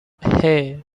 hey